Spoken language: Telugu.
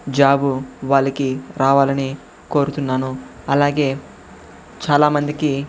జాబు వాళ్ళకి రావాలని కోరుతున్నాను అలాగే చాలామందికి